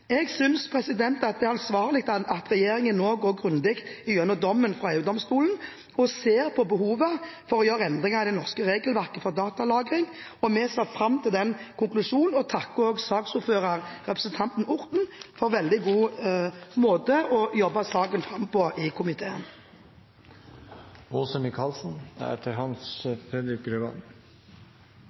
Jeg synes det er ansvarlig at regjeringen nå går grundig igjennom dommen fra EU-domstolen og ser på behovet for å gjøre endringer i det norske regelverket for datalagring. Vi ser fram til konklusjonen og takker saksordføreren, representanten Orten, for en veldig god måte å jobbe saken fram på i komiteen.